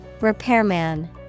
Repairman